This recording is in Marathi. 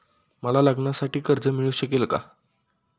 मला लग्नासाठी कर्ज मिळू शकेल का?